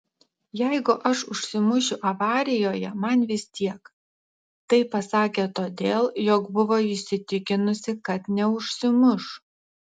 jeigu aš užsimušiu avarijoje man vis tiek tai pasakė todėl jog buvo įsitikinusi kad neužsimuš